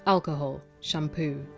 alcohol. shampoo.